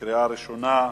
בקריאה ראשונה.